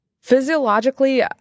Physiologically